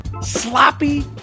Sloppy